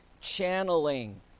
channeling